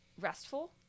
restful